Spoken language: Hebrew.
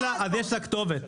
יש לך כתובת.